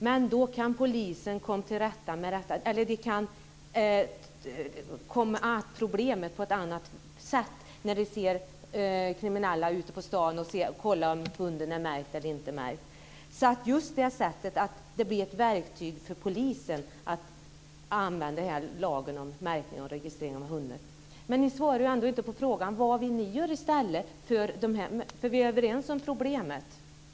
Men då kan polisen komma åt problemet på ett annat sätt, när de ser kriminella ute på stan och kontrollerar om hunden är märkt eller inte. Det blir ett verktyg för polisen att använda lagen om märkning och registrering av hundar. Ni svarar inte på frågan vad ni vill göra i stället. Vi är överens om problemet.